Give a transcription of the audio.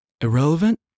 irrelevant